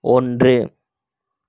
ஒன்று